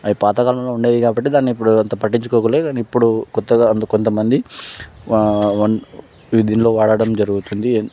అవి పాతకాలంలో ఉండేవి కాబట్టి దాన్ని ఇపుడు అంతగా పట్టించుకోవడం ఇప్పుడు కొత్తగా కొంతమంది దీనిని వాడడం జరుగుతుంది